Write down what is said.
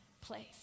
place